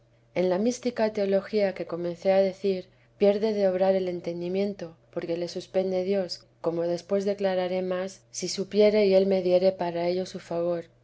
en la mística teología que comencé a decir pierde de obrar el entendimiento porque le suspende dios como después declararé más si supiere y el suspender dios el